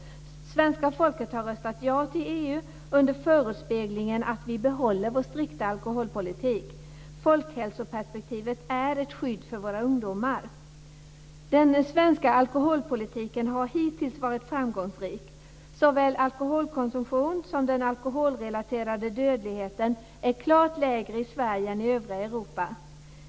Svenska folket har röstat ja till EU förespeglade att vi ska behålla vår strikta alkoholpolitik. Folkhälsoperspektivet är ett skydd för våra ungdomar. Den svenska alkoholpolitiken har hittills varit framgångsrik. Såväl alkoholkonsumtionen som den alkoholrelaterade dödligheten är klart lägre i Sverige än i övriga Europa.